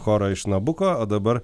chorą iš nabuko o dabar